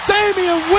Damian